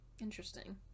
interesting